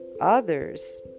others